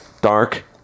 dark